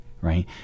Right